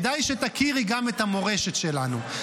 כדאי שתכירי גם את המורשת שלנו.